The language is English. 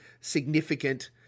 significant